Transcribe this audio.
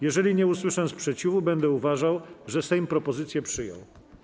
Jeżeli nie usłyszę sprzeciwu, będę uważał, że Sejm propozycję przyjął.